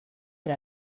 era